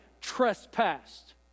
trespassed